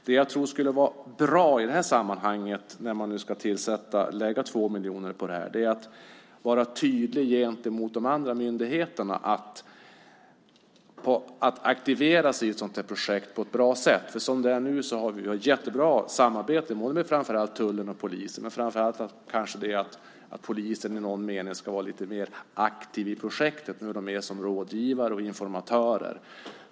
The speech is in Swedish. Det jag tror skulle vara bra i det här sammanhanget, när nu 2 miljoner ska läggas på detta, är att vara tydlig gentemot de andra myndigheterna att aktivera sig i ett sådant projekt på ett bra sätt. Som det är nu har vi ett bra samarbete med framför allt tullen och polisen, men polisen borde i någon mening vara mer aktiv i projektet. Nu är polisen med som rådgivare och informatörer.